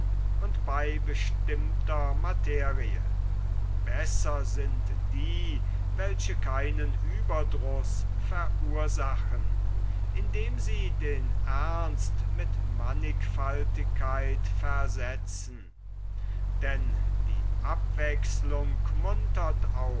und bei bestimmter materie besser sind die welche keinen ueberdruß verursachen indem sie den ernst mit mannigfaltigkeit versetzen denn die abwechselung muntert